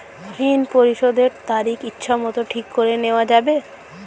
ঋণ পরিশোধের তারিখ ইচ্ছামত ঠিক করে নেওয়া যাবে?